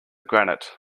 granite